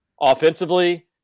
offensively